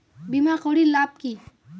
বিমা করির লাভ কি?